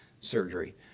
surgery